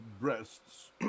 breasts